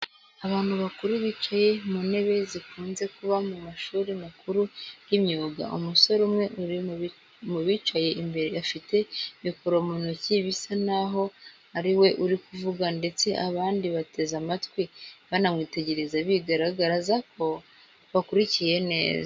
Abantu bakuru bicaye mu ntebe zikunze kuba mu mashuri makuru y'imyuga. Umusore umwe uri mu bicaye imbere afite mikoro mu ntoki bisa n'aho ari we uri kuvuga ndetse abandi bateze amatwi, banamwitegereza bigaragaza ko bakurikiye neza.